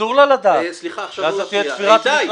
אסור לה לדעת, כי אז זו תהיה תפירת מכרז.